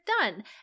done